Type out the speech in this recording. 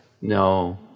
No